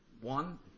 one